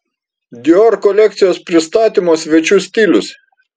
dior kolekcijos pristatymo svečių stilius